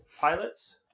pilots